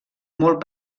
molt